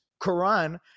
Quran